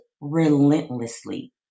relentlessly